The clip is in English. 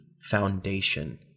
foundation